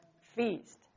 feast